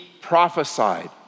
prophesied